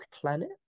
planet